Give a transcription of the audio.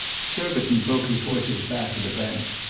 surbiton broke his horse's back at a bank,